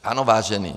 Ano, vážení.